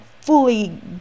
fully